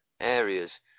areas